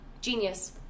Genius